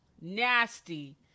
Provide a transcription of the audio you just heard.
Nasty